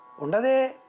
Undade